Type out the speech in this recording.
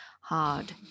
hard